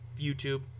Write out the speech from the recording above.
youtube